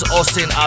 Austin